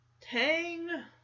Tang